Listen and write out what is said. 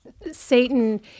Satan